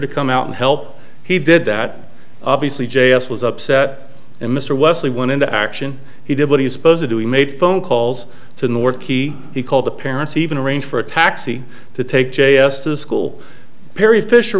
to come out and help he did that obviously j s was upset and mr wesley went into action he did what he's supposed to do we made phone calls to north key he called the parents even arranged for a taxi to take j s to the school perry fisher